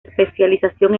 especialización